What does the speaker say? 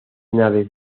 naves